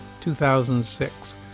2006